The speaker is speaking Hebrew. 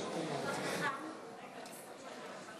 חברי הכנסת, נא לשבת במקומותיכם, מייד